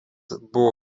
buvo